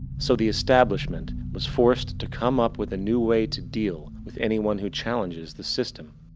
so the establishment was forced to come up with a new way to deal with anyone who challenges the system.